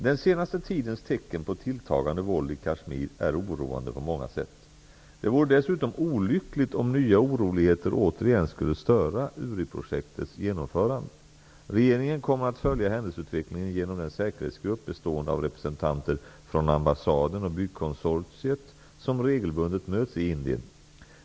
Den senaste tidens tecken på tilltagande våld i Kashmir är oroande på många sätt. Det vore dessutom olyckligt om nya oroligheter återigen skulle störa Uriprojektets genomförande. Regeringen kommer att följa händelseutvecklingen genom den säkerhetsgrupp bestående av representanter från ambassaden och byggkonsortiet som regelbundet möts i Indien.